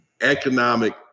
economic